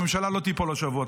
הממשלה לא תיפול השבוע.